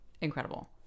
incredible